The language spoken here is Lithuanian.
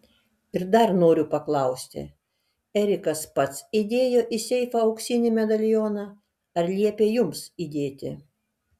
ir dar noriu paklausti erikas pats įdėjo į seifą auksinį medalioną ar liepė jums įdėti